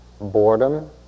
boredom